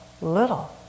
little